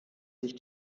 sich